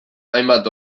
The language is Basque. hainbat